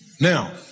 Now